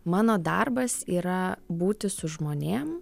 mano darbas yra būti su žmonėm